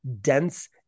dense